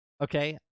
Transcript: okay